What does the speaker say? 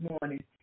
morning